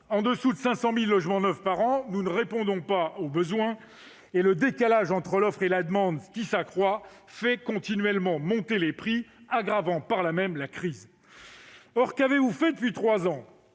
au-dessous de 500 000 logements neufs par an, nous ne répondons pas aux besoins, et le décalage entre l'offre et la demande qui s'accroît fait continuellement monter les prix, aggravant par là même la crise. Or qu'avez-vous fait depuis trois ans ?